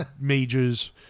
majors